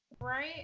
right